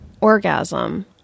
orgasm